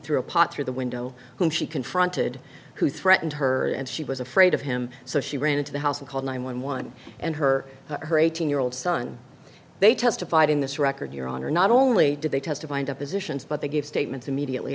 threw a pot through the window who she confronted who threatened her and she was afraid of him so she ran into the house and called nine one one and her her eighteen year old son they testified in this record your honor not only did they testify and up positions but they gave statements immediately